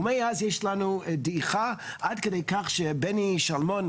ומאז יש לנו דעיכה עד כדי כך שבני שלמון,